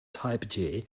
type